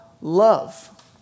love